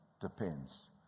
depends